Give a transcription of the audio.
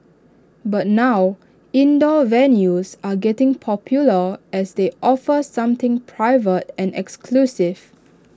but now indoor venues are getting popular as they offer something private and exclusive